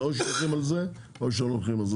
זה או שהולכים על זה או שלא הולכים על זה.